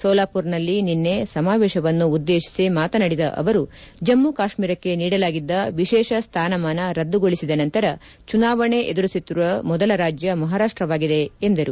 ಸೋಲಾಪುರ್ನಲ್ಲಿ ನಿನ್ನೆ ಸಮಾವೇಶವನ್ನು ಉದ್ದೇಶಿಸಿ ಮಾತನಾಡಿದ ಅವರು ಜಮ್ಮು ಕಾಶ್ಮೀರಕ್ಕೆ ನೀಡಲಾಗಿದ್ದ ವಿಶೇಷ ಸ್ಥಾನಮಾನ ರದ್ದುಗೊಳಿಸಿದ ನಂತರ ಚುನಾವಣೆ ಎದುರಿಸುತ್ತಿರುವ ಮೊದಲ ರಾಜ್ಯ ಮಹಾರಾಷ್ಟವಾಗಿದೆ ಎಂದರು